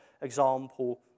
example